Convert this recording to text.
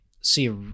see